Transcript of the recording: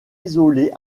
isolés